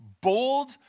bold